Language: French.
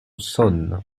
sonne